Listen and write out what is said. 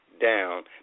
down